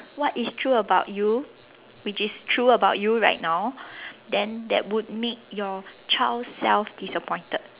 what is true about you which is true about you right now then that would make your child self disappointed